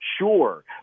Sure